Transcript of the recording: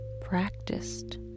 practiced